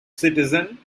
citizen